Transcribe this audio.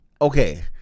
Okay